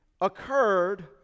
occurred